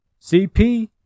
CP